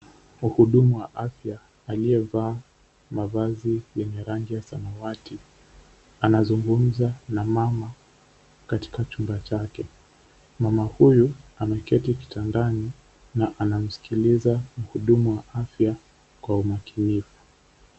Muhudumu wa afya aliyevaa mavazi yenye rangi ya samawati anazungumza na mama katika chumba chake. mama huyu ameketi kitandani na anamsikiliza mhudumu wa afya kwa umakinifu.